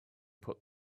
put